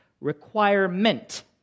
requirement